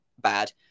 bad